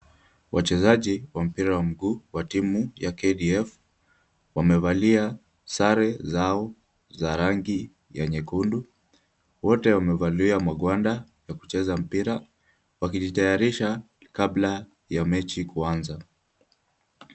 Wachezaji wa mpira wa mguu wa timu ya KDF, wamevalia sare zao za rangi ya nyekundu. Wote wamevalia magwanda ya kucheza mpira, wakijitayarisha kabla ya mechi kuanza.